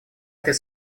этой